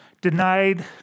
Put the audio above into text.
denied